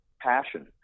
passion